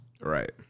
right